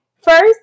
first